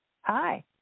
Hi